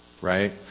right